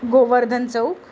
Govardhan Chowk